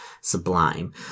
sublime